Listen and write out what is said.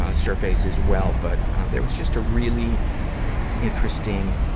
ah surveys as well, but there was just a really interesting,